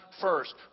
first